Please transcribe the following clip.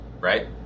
right